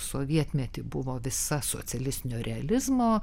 sovietmetį buvo visa socialistinio realizmo